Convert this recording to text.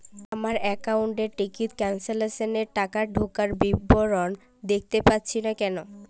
আমার একাউন্ট এ ticket cancellation এর টাকা ঢোকার বিবরণ দেখতে পাচ্ছি না কেন?